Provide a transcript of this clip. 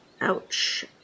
ouch